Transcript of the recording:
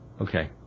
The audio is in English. Okay